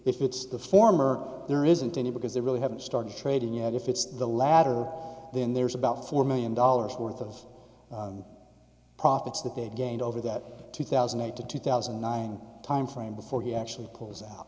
if it's the former there isn't any because they really haven't started trading yet if it's the latter then there's about four million dollars worth of profits that they gained over that two thousand and eight to two thousand and nine timeframe before he actually pulls out